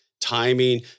timing